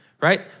right